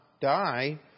die